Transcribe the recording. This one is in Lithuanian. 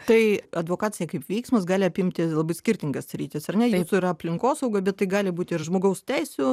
tai advokacija kaip veiksmas gali apimti labai skirtingas sritis ar ne jūsų yra aplinkosauga bet tai gali būti ir žmogaus teisių